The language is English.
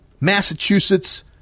Massachusetts